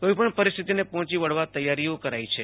કોઈપણ પરિસ્થિતિને પહોચી વળવા તૈયારીઓ કરાઈ છે